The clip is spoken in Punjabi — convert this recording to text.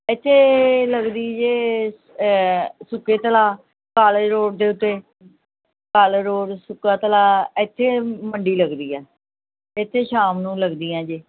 ਇੱਥੇ ਲੱਗਦੀ ਜੇ ਸੁੱਕੇ ਤਲਾਅ ਕਾਲੇਜ ਰੋਡ ਦੇ ਉੱਤੇ ਕਾਲੇਜ ਰੋਡ ਸੁੱਕਾ ਤਲਾਅ ਇੱਥੇ ਮੰਡੀ ਲੱਗਦੀ ਹੈ ਇੱਥੇ ਸ਼ਾਮ ਨੂੰ ਲੱਗਦੀਆਂ ਜੇ